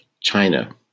China